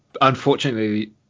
Unfortunately